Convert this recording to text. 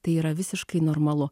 tai yra visiškai normalu